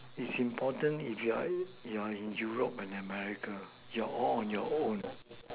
it's important if you are in you are in Europe or America you are all on your own